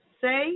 say